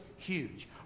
huge